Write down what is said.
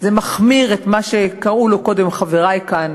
זה מחמיר את מה שקראו לו קודם חברי כאן,